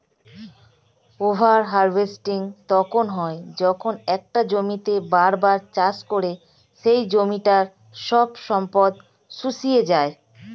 over harvesting তখন হয় যখন একটা জমিতেই বার বার চাষ করে সেই জমিটার সব সম্পদ শুষিয়ে যায়